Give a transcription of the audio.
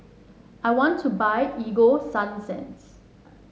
I want to buy Ego Sunsense